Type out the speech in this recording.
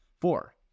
Four